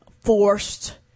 forced